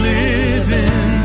living